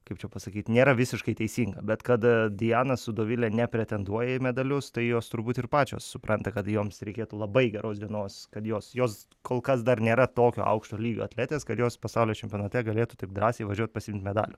kaip čia pasakyt nėra visiškai teisinga bet kad diana su dovile nepretenduoja į medalius tai jos turbūt ir pačios supranta kad joms reikėtų labai geros dienos kad jos jos kol kas dar nėra tokio aukšto lygio atletės kad jos pasaulio čempionate galėtų taip drąsiai važiuot pasiimt medalių